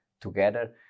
together